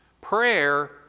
Prayer